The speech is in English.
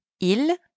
Il